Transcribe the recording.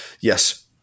Yes